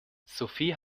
sophie